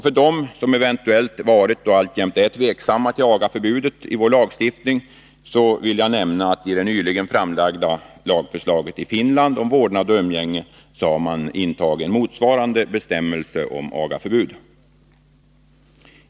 För dem som eventuellt varit och alltjämt är tveksamma inför agaförbudet i vår lagstiftning vill jag nämna att det i det nyligen framlagda lagförslaget i Finland om vårdnad och umgänge har intagits en motsvarande bestämmelse om agaförbud.